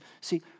see